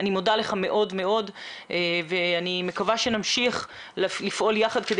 אני מודה לך מאוד מאוד ואני מקווה שנמשיך לפעול יחד כדי